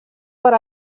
per